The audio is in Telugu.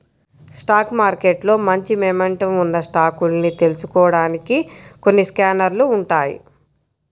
స్టాక్ మార్కెట్లో మంచి మొమెంటమ్ ఉన్న స్టాకుల్ని తెలుసుకోడానికి కొన్ని స్కానర్లు ఉంటాయ్